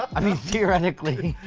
i mean theoretically.